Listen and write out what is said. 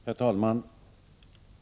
Herr talman!